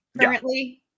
Currently